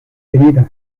heridas